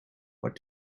what